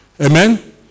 Amen